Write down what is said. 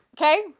okay